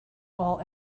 all